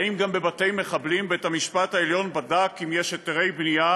האם גם בבתי מחבלים בית המשפט העליון בדק אם יש היתרי בנייה